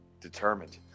determined